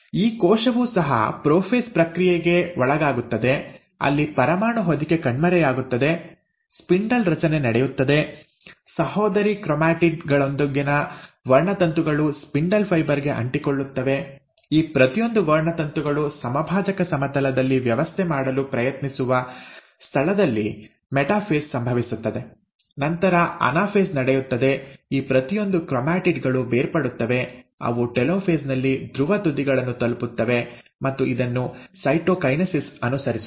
ಈ ಕೋಶವು ಸಹ ಪ್ರೊಫೇಸ್ ಪ್ರಕ್ರಿಯೆಗೆ ಒಳಗಾಗುತ್ತದೆ ಅಲ್ಲಿ ಪರಮಾಣು ಹೊದಿಕೆ ಕಣ್ಮರೆಯಾಗುತ್ತದೆ ಸ್ಪಿಂಡಲ್ ರಚನೆ ನಡೆಯುತ್ತದೆ ಸಹೋದರಿ ಕ್ರೊಮ್ಯಾಟಿಡ್ ಗಳೊಂದಿಗಿನ ವರ್ಣತಂತುಗಳು ಸ್ಪಿಂಡಲ್ ಫೈಬರ್ ಗೆ ಅಂಟಿಕೊಳ್ಳುತ್ತವೆ ಈ ಪ್ರತಿಯೊಂದು ವರ್ಣತಂತುಗಳು ಸಮಭಾಜಕ ಸಮತಲದಲ್ಲಿ ವ್ಯವಸ್ಥೆ ಮಾಡಲು ಪ್ರಯತ್ನಿಸುವ ಸ್ಥಳದಲ್ಲಿ ಮೆಟಾಫೇಸ್ ಸಂಭವಿಸುತ್ತದೆ ನಂತರ ಅನಾಫೇಸ್ ನಡೆಯುತ್ತದೆ ಈ ಪ್ರತಿಯೊಂದು ಕ್ರೊಮ್ಯಾಟಿಡ್ ಗಳು ಬೇರ್ಪಡುತ್ತವೆ ಅವು ಟೆಲೋಫೇಸ್ ನಲ್ಲಿ ಧ್ರುವ ತುದಿಗಳನ್ನು ತಲುಪುತ್ತವೆ ಮತ್ತು ಇದನ್ನು ಸೈಟೊಕೈನೆಸಿಸ್ ಅನುಸರಿಸುತ್ತದೆ